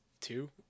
two